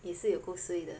也是有够 suay 的